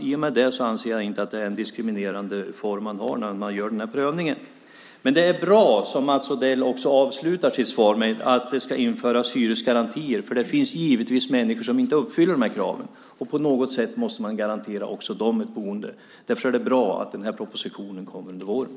I och med det anser jag inte att det är en diskriminerande form som man har när man gör den här prövningen. Men det är bra, som Mats Odell också avslutar sitt svar med, att det ska införas hyresgarantier, för det finns givetvis människor som inte uppfyller de här kraven. På något sätt måste man garantera också dem ett boende. Därför är det bra att den här propositionen kommer under våren.